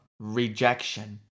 rejection